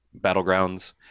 Battlegrounds